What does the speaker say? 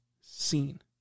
seen